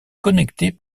connectés